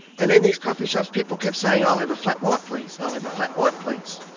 and in these coffee shops people kept saying, i'll have a flat white please, i'll have a flat white please,